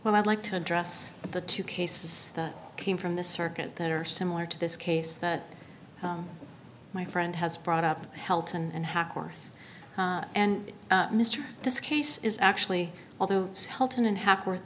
well i'd like to address the two cases that came from the circuit that are similar to this case that my friend has brought up health and hackworth and mr this case is actually although helton and half or th